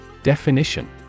Definition